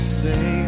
say